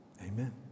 amen